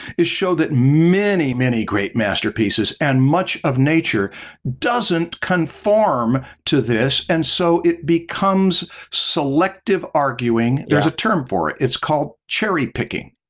is show that many, many great masterpieces and much of nature doesn't conform to this. and so, it becomes selective arguing. there's a term for it, it's called cherry picking.